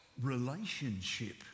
relationship